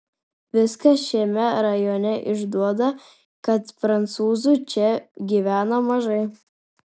viskas šiame rajone išduoda kad prancūzų čia gyvena mažai